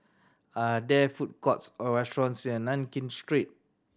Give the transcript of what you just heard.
are there food courts or restaurants near Nankin Street